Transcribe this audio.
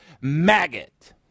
maggot